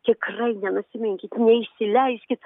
tikrai nenusiminkit neįsileiskit